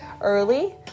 early